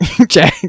okay